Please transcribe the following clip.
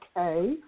okay